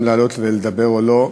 אם לעלות לדבר או לא,